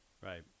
right